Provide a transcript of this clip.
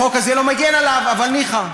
החוק הזה לא מגן עליו, אבל ניחא.